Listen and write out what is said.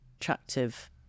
attractive